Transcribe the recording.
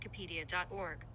wikipedia.org